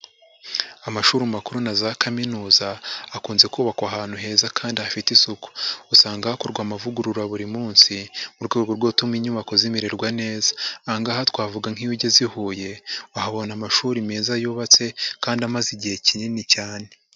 Amashuri makuru na za kaminuza, akunze kubakwa ahantu heza kandi hafite isuku, usanga hakorwa amavugurura buri munsi, mu rwego rwo gutuma inyubako zimererwa neza, aha ngaha twavuga nk'iyo ugeze i Huye, uhabona amashuri meza yubatse kandi amaze igihe kinini cyane.